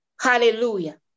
Hallelujah